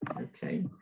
Okay